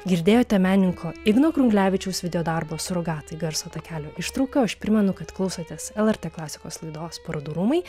girdėjote menininko igno krunglevičiaus videodarbo surogatai garso takelio ištrauką o aš primenu kad klausotės lrt klasikos laidos parodų rūmai